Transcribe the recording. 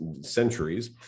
centuries